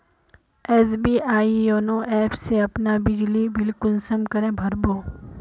SBI YONO app से अपना बिजली बिल कुंसम करे भर बो?